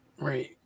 right